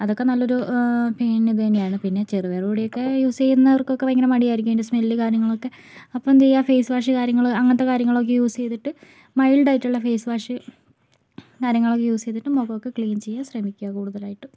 അതൊക്കെ നല്ലൊരു പിന്നെ ഇത് തന്നെയാണ് പിന്നെ ചെറുപയറ് പൊടിയൊക്കെ യൂസ് ചെയ്യുന്നവർക്കൊക്കെ ഭയങ്കര മടിയായിരിക്കും അതിൻ്റെ സ്മെല്ല് കാര്യങ്ങളൊക്കെ അപ്പെന്ത് ചെയ്യുക ഫേസ് വാഷ് കാര്യങ്ങള് അങ്ങനത്തെ കാര്യങ്ങളൊക്കെ യൂസ് ചെയ്തിട്ട് മൈൽഡ് ആയിട്ടുള്ള ഫേസ് വാഷ് കാര്യങ്ങളൊക്കെ യൂസ് ചെയ്തിട്ട് മുഖം ക്ലീൻ ചെയ്യാം ശ്രമിക്കാം കൂടുതലായിട്ടും